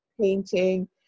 painting